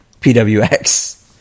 PWX